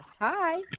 Hi